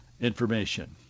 information